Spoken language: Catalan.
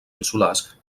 insulars